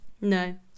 No